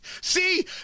See